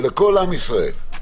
ולכל עם ישראל.